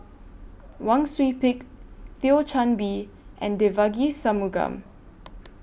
Wang Sui Pick Thio Chan Bee and Devagi Sanmugam